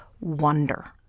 wonder